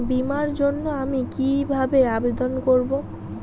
বিমার জন্য আমি কি কিভাবে আবেদন করব?